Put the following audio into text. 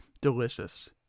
Delicious